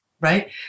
Right